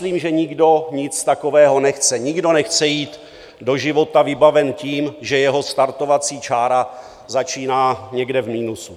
Já si myslím, že nikdo nic takového nechce, nikdo nechce jít do života vybaven tím, že jeho startovací čára začíná někde v minusu.